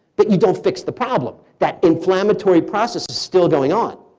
but you don't fix the problem. that inflammatory process is still going on.